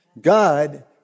God